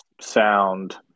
sound